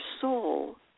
soul